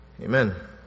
Amen